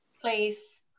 Please